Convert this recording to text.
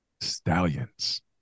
Stallions